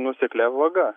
nuoseklia vaga